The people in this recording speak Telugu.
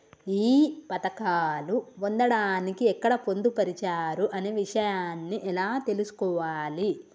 ఈ పథకాలు పొందడానికి ఎక్కడ పొందుపరిచారు అనే విషయాన్ని ఎలా తెలుసుకోవాలి?